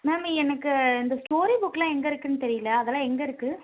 ma'am எனக்கு இந்த story புக்கெலாம் எங்கே இருக்குதுன் தெரியல அதெலாம் எங்கே இருக்குது